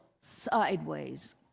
sideways